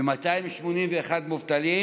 מ-281 מובטלים